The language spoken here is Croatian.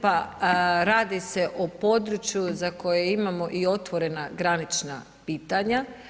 Pa radi se o području za koje imamo i otvorena granična pitanja.